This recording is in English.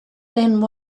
then